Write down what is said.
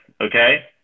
Okay